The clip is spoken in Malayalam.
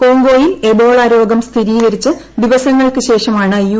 കോംഗോയിൽ എബോള രോഗം സ്ഥിരീകരിച്ച് ദിവസങ്ങൾക്ക് ശേഷമാണ് യു